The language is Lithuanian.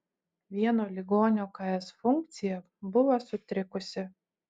vieno ligonio ks funkcija buvo sutrikusi